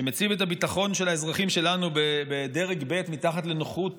שמציב את הביטחון של האזרחים שלנו בדרג ב' מתחת לנוחות